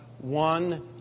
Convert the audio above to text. one